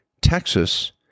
texas